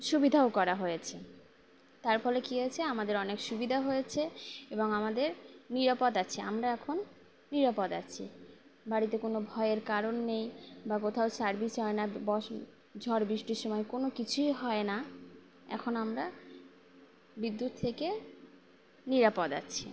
সুবিধাও করা হয়েছে তার ফলে কি আছে আমাদের অনেক সুবিধা হয়েছে এবং আমাদের নিরাপদ আছে আমরা এখন নিরাপদ আছি বাড়িতে কোনো ভয়ের কারণ নেই বা কোথাও সার্ভিস হয় না বস ঝড় বৃষ্টির সময় কোনো কিছুই হয় না এখন আমরা বিদ্যুৎ থেকে নিরাপদ আছি